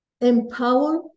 empower